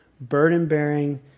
burden-bearing